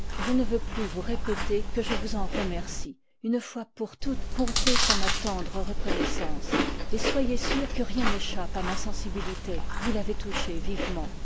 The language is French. je ne veux plus vous répéter que je vous en remercie une fois pour toutes comptez sur ma tendre reconnoissance et soyez sûr que rien n'échappe à ma sensibilité vous l i touchée vivement